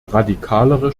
radikalere